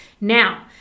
now